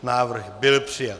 Návrh byl přijat.